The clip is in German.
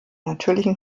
natürlichen